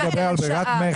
אני מדבר על ברירת מחדל.